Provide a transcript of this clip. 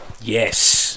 Yes